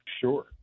Sure